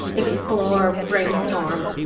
explore, brainstorm,